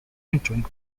entering